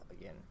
again